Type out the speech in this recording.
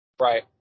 Right